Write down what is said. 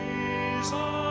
Jesus